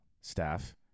staff